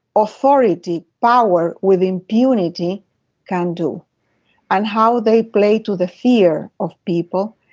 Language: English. authority. power with impunity can do and how they play to the fear of people.